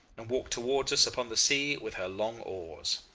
and walked towards us upon the sea with her long oars.